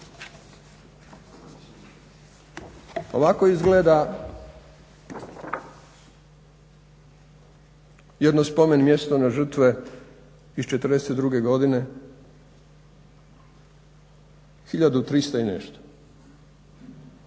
Ovako izgleda jedno spomen mjesto na žrtve iz '42. godine hiljadu